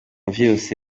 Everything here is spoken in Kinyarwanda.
vyose